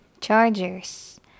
Chargers